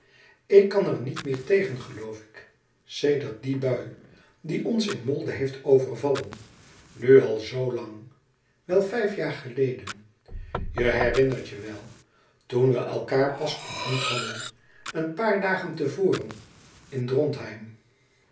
ik kan er niet meer tegen geloof ik sedert die bui die ons in molde heeft overvallen nu al zoo lang wel vijf jaar geleden je herinnert je wel toen we elkaâr pas ontmoet hadden een paar dagen te voren in drontheim